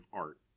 art